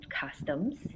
customs